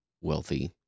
wealthy